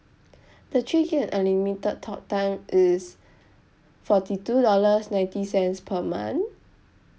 the three here unlimited talk time is forty two dollars ninety cents per month